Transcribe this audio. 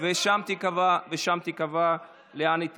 ושם ייקבע לאן היא תלך.